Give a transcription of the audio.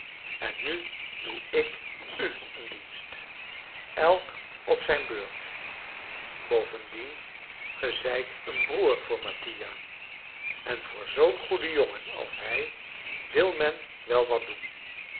en nu doe ik u een dienst elk op zijn beurt bovendien ge zijt een broer voor mattia en voor zoo'n goeden jongen als hij wil men wel wat doen